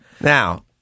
Now